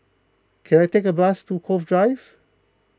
can I take a bus to Cove Drive